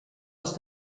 els